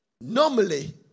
Normally